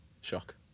shock